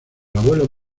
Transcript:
abuelos